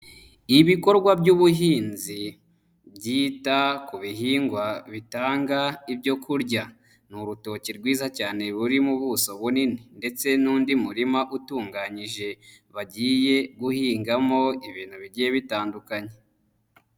Ibikorwa by'ubuhinzi byita ku bihingwa bitanga ibyo kurya. Ni urutoki rwiza cyane ruri mu buso bunini ndetse n'undi murima utunganyije, bagiye guhingamo ibintu bigiye bitandukanye.